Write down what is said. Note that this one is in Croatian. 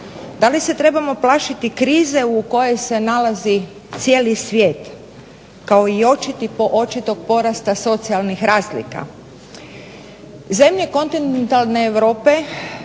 Da li se trebamo plašiti krize u kojoj se nalazi cijeli svijet, kao i očitog porasta socijalnih razlika?